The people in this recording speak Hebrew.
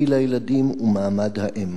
גיל הילדים ומעמד האם?